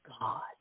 God